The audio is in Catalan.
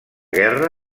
guerra